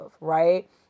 right